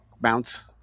bounce